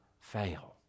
fail